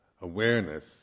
awareness